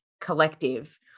collective